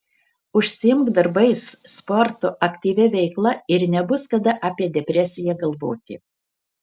užsiimk darbais sportu aktyvia veikla ir nebus kada apie depresiją galvoti